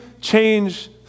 change